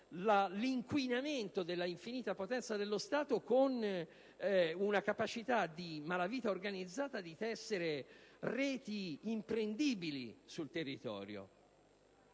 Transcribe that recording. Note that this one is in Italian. l'inquinamento dell'infinita potenza dello Stato con una capacità della malavita organizzata di tessere reti imprendibili sul territorio.